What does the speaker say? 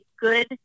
good